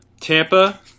Tampa